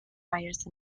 requires